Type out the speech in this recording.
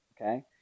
Okay